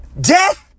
Death